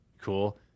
Cool